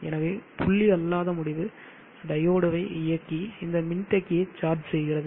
எனவே புள்ளி அல்லாத முடிவு டையோடுவை இயக்கி இந்த மின்தேக்கியை சார்ஜ் செய்கிறது